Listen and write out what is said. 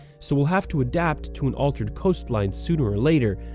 so we'll have to adapt to an altered coastline sooner or later,